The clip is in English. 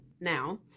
now